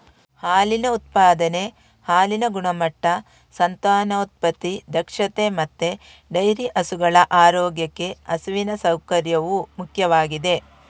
ಹಾಲಿನ ಉತ್ಪಾದನೆ, ಹಾಲಿನ ಗುಣಮಟ್ಟ, ಸಂತಾನೋತ್ಪತ್ತಿ ದಕ್ಷತೆ ಮತ್ತೆ ಡೈರಿ ಹಸುಗಳ ಆರೋಗ್ಯಕ್ಕೆ ಹಸುವಿನ ಸೌಕರ್ಯವು ಮುಖ್ಯವಾಗಿದೆ